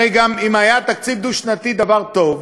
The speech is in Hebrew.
הרי אילו היה תקציב דו-שנתי דבר טוב,